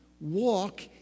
Walk